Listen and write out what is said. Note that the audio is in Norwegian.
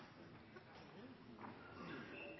som